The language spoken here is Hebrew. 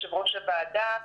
יושב-ראש הוועדה,